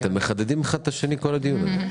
אתם מחדדים האחד את השני במשך כל הדיון הזה.